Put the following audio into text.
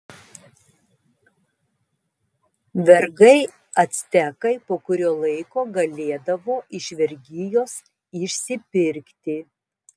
vergai actekai po kurio laiko galėdavo iš vergijos išsipirkti